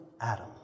Adam